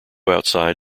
outside